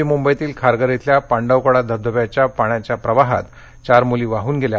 नवीमुंबईतील खारघर इथल्या पांडवकडा धबधब्याच्या पाण्याच्या प्रवाहात चार मुली वाहून गेल्या